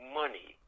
money